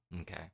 Okay